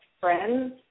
friends